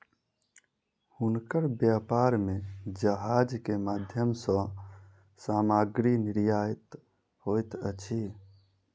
हुनकर व्यापार में जहाज के माध्यम सॅ सामग्री निर्यात होइत अछि